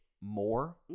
more